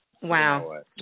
Wow